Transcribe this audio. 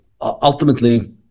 ultimately